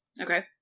okay